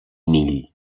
mill